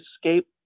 escape